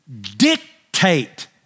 dictate